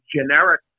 generic